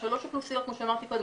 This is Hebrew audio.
שלוש אוכלוסיות, כמו שאמרתי קודם.